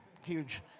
huge